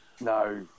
No